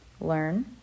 learn